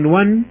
one